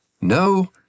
No